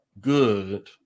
good